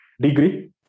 degree